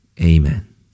Amen